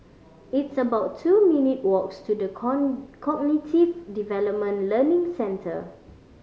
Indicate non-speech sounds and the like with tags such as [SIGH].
it's about two minute' walks to The [UNINTELLIGIBLE] Cognitive Development Learning Centre